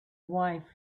wife